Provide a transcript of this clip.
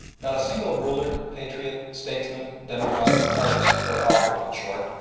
not a single ruler, patriot, statesman, demagogue, artist or author, in short,